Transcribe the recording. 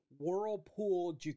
Whirlpool